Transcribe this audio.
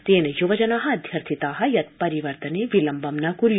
तेन युवजना अध्यर्थिता यत परिवर्तने विलम्बं न कुर्य